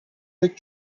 pek